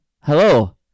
hello